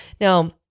Now